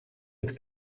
het